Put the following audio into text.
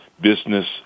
business